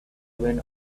wind